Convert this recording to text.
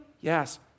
Yes